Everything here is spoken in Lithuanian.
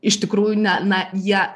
iš tikrųjų ne na jie